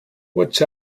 watch